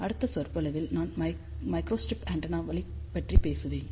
அடுத்த சொற்பொழிவில் நான் மைக்ரோஸ்டிரிப் ஆண்டெனாக்களைப் பற்றி பேசுவேன்